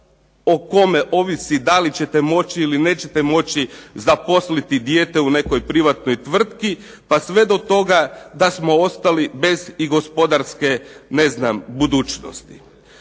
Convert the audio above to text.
o kome ovisi da li ćete moći ili nećete moći zaposliti dijete u nekoj privatnoj tvrtki, pa sve do toga da smo ostali bez i gospodarske ne znam budućnosti.